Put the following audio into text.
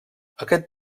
aquest